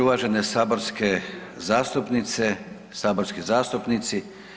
Uvažene saborske zastupnice, saborski zastupnici.